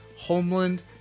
Homeland